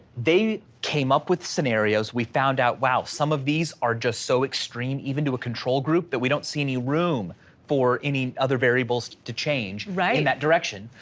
they came up with scenarios, we found out wow, some of these are just so extreme, even to a control group that we don't see any room for any other variables to change in that direction.